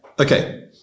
Okay